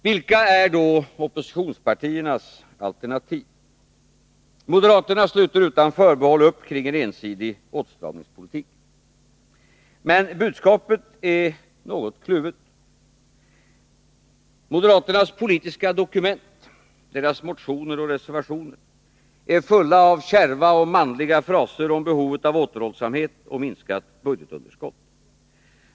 Vilka är då oppositionspartiernas alternativ? Moderaterna sluter utan förbehåll upp kring en ensidig åtstramningspolitik. Men budskapet är något kluvet. Moderaternas politiska dokument — deras motioner och reservationer — är fulla av kärva och manliga fraser om behovet av återhållsamhet och minskat budgetunderskott.